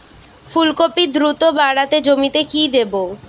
ফুলকপি দ্রুত বাড়াতে জমিতে কি দেবো?